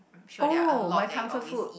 sure there are a lot that you always eat